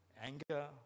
Anger